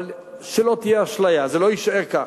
אבל שלא תהיה אשליה, זה לא יישאר כך,